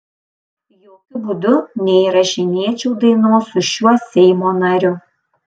jokiu būdu neįrašinėčiau dainos su šiuo seimo nariu